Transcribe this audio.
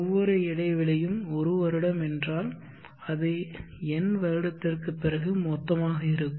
ஒவ்வொரு இடைவெளியும் 1 வருடம் என்றால் அது n வருடத்திற்குப் பிறகு மொத்தமாக இருக்கும்